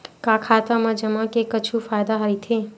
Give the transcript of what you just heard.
का खाता मा जमा के कुछु फ़ायदा राइथे?